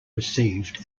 received